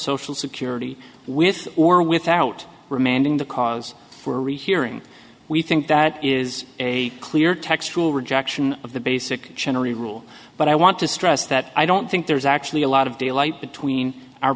social security with or without remanding the cause for rehearing we think that is a clear textual rejection of the basic general rule but i want to stress that i don't think there's actually a lot of daylight between our